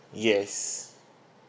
yes